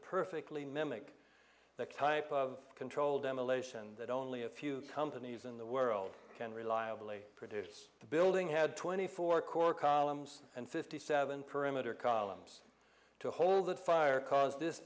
perfectly mimic that type of controlled demolition that only a few companies in the world can reliably produce the building had twenty four core columns and fifty seven perimeter columns to hold that fire cause this